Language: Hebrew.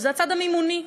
שזה הצד המימוני,